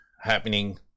happening